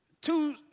two